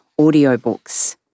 audiobooks